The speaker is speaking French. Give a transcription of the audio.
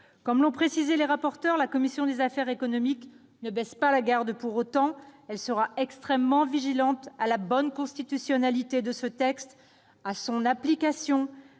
Comme l'ont précisé les rapporteurs, la commission des affaires économiques ne baisse pas la garde pour autant. Elle sera extrêmement attentive à la constitutionnalité du texte, à son application